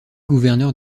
gouverneur